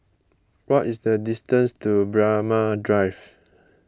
what is the distance to Braemar Drive